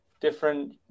different